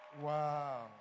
Wow